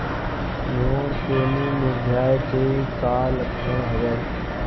मोर सेमी मुरझाये के का लक्षण हवय?